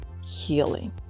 Healing